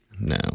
No